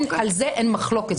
על זה אין מחלוקת.